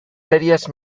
ferias